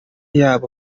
yabo